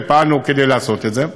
ופעלנו כדי לעשות את זה,